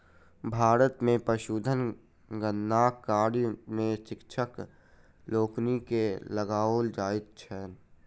भारत मे पशुधन गणना कार्य मे शिक्षक लोकनि के लगाओल जाइत छैन